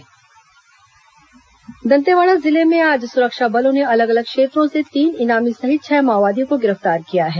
माओवादी गिरफ्तार दंतेवाड़ा जिले में आज सुरक्षा बलों ने अलग अलग क्षेत्रों से तीन इनामी सहित छह माओवादियों को गिरफ्तार किया है